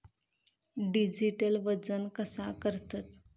Digital वजन कसा करतत?